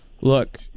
Look